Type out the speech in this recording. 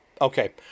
Okay